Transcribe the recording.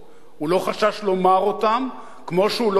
הוא לא חשש לומר אותם כמו שהוא לא חשש